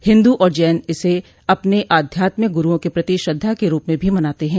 हिन्दू और जैन इसे अपने आध्यात्मिक गुरुओं के प्रति श्रद्वा के रूप में भी मनाते हैं